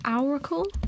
Oracle